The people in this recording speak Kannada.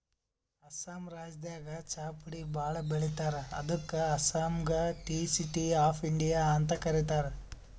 ಅಸ್ಸಾಂ ರಾಜ್ಯದಾಗ್ ಚಾಪುಡಿ ಭಾಳ್ ಬೆಳಿತಾರ್ ಅದಕ್ಕ್ ಅಸ್ಸಾಂಗ್ ಟೀ ಸಿಟಿ ಆಫ್ ಇಂಡಿಯಾ ಅಂತ್ ಕರಿತಾರ್